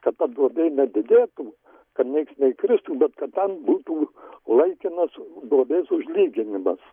kad ta duobė nedidėtų kad nieks neįkristų bet kad ten būtų laikinas duobės užlyginimas